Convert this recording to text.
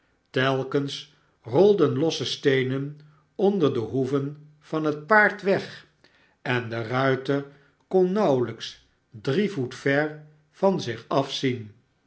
telkens rolden losse steenen onder de hoeven van het paard weg en de ruiter kon nauwelijks drie voet ver van zich